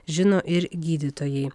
žino ir gydytojai